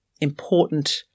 important